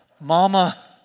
Mama